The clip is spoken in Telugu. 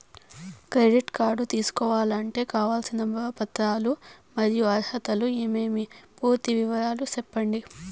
క్రెడిట్ కార్డు తీసుకోవాలంటే కావాల్సిన పత్రాలు మరియు అర్హతలు ఏమేమి పూర్తి వివరాలు సెప్పండి?